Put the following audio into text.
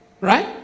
Right